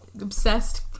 obsessed